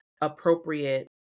appropriate